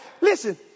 listen